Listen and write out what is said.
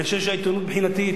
אני חושב שהעיתונות מבחינתי,